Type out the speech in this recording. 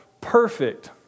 perfect